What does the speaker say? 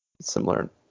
Similar